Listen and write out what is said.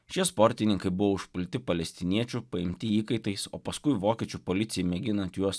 šie sportininkai buvo užpulti palestiniečių paimti įkaitais o paskui vokiečių policijai mėginant juos